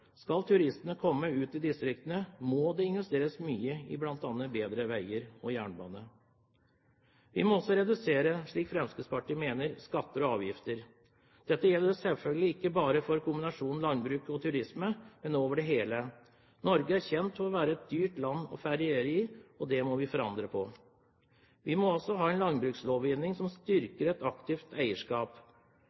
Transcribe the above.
Skal turistene komme seg ut i distriktene, må det investeres mye i bl.a. bedre veier og jernbane. Vi må også, etter Fremskrittspatiets mening, redusere skatter og avgifter. Dette gjelder selvfølgelig ikke bare for kombinasjonen landbruk og turisme, men over alt. Norge er kjent for å være et dyrt land å feriere i, og det må vi forandre på. Vi må også ha en landbrukslovgivning som styrker et aktivt eierskap.